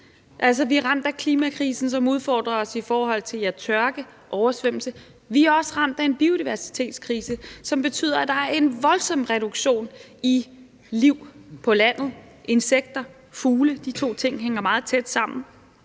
Vi er ramt af klimakrisen, som udfordrer os med tørke og oversvømmelser, og vi er også ramt af en biodiversitetskrise, som betyder, at der er en voldsom reduktion af liv på landet, hvad angår insekter og fugle – de to ting hænger meget tæt sammen